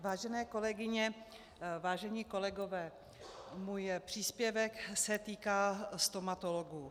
Vážené kolegyně, vážení kolegové, můj příspěvek se týká stomatologů.